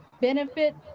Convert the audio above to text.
benefit